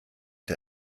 der